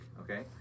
okay